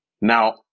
now